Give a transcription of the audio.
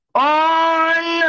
on